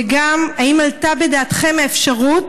וגם, האם עלתה בדעתכם האפשרות